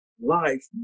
life